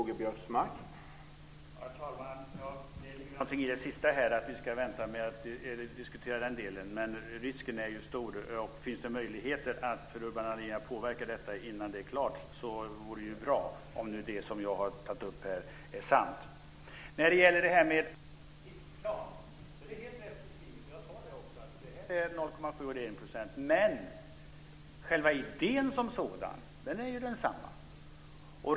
Herr talman! Det ligger något i det sista, att vi ska vänta med att diskutera den delen. Men risken här är stor. Finns det möjligheter för Urban Ahlin att påverka detta innan det är klart vore det bra, om det jag har tagit upp är sant. När det gäller tidsplanen sade jag också att det handlar om 0,7 % och om 1 %, men själva idén som sådan är densamma.